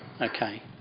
Okay